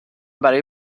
برای